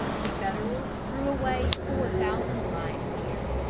the federals threw away four thousand lives here.